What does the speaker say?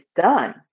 done